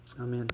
Amen